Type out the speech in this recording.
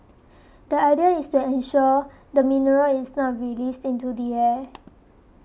the idea is to ensure the mineral is not released into the air